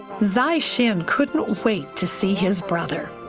zai zin couldn't wait to see his brother.